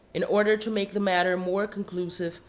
in order to make the matter more conclusive,